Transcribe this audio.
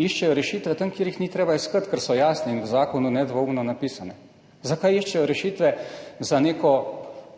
iščejo rešitve tam, kjer jih ni treba iskati, ker so jasne in v zakonu nedvoumno napisane. Zakaj iščejo rešitve za neko